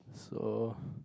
so